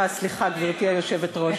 אה, סליחה, גברתי היושבת-ראש.